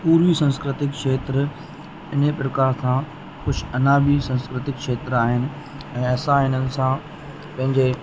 पूर्वी संस्कृतिक क्षेत्र इन प्रकार सां कुझु अना बि संस्कृतिक क्षेत्र आहिनि ऐं असां हिननि सां पंहिंजे